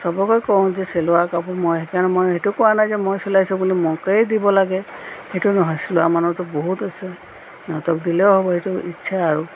চবকে কওঁ যে চিলোৱা কাপোৰ মই সেইকাৰণে মই সেইটো কোৱা নাই যে মই চিলাইছো বুলি মোকেই দিব লাগে সেইটো নহয় চিলোৱা মানুহটো বহুত আছে সিহঁতক দিলেও হ'ব সেইটো ইচ্ছা আৰু